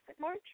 march